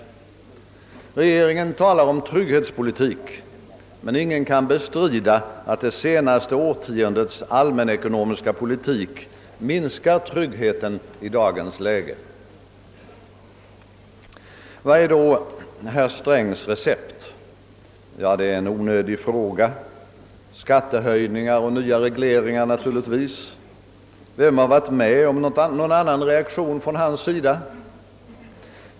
Regeringen talar om trygghetspolitik, men ingen kan bestrida att det senaste årtiondets allmänekonomiska =: politik minskar tryggheten i dagens läge. Vad är då herr Strängs recept? Ja, det är en onödig fråga: skattehöjningar och nya regleringar naturligtvis. Vem har varit med om någon annan rekommendation från hans sida?